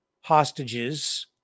hostages